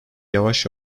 yavaş